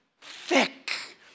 thick